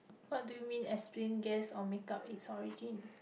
what do you mean explain guess or make up its origin